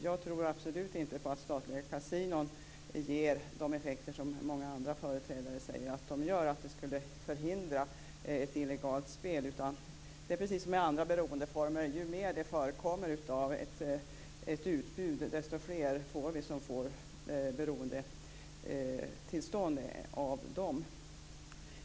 Jag tror absolut inte på att statliga kasinon ger de effekter som många andra företrädare säger att de gör, att de t.ex. skulle förhindra ett illegalt spel. Det är precis som med andra beroendeformer, ju större utbud som förekommer, desto fler får vi som drabbas av beroendetillstånd.